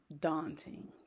daunting